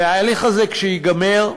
וכשההליך הזה ייגמר,